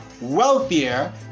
wealthier